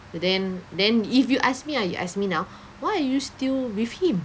but then then if you ask me ah if you ask me now why are you still with him